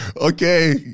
okay